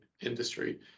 industry